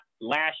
last